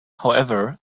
however